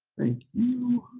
you.